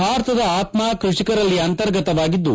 ಭಾರತದ ಆತ್ಮ ಕೃಷಿಕರಲ್ಲಿ ಅಂತರ್ಗತವಾಗಿದ್ದು